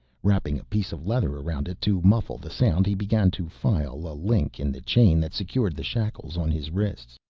wrapping a piece of leather around it to muffle the sound he began to file a link in the chain that secured the shackles on his wrists.